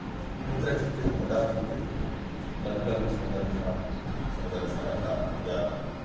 कुत्रचित् कदाचित् लघु लघु सङ्घर्षः सङ्घर्षः जातः जातः